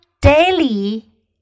daily